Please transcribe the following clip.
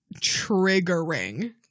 triggering